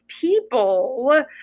people